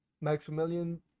Maximilian